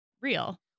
real